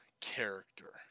character